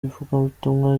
ivugabutumwa